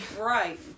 Right